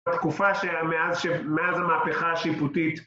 תקופה שמאז המהפכה השיפוטית